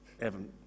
Evan